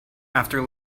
after